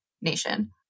Nation